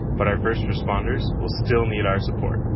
but our first responders will still need our support.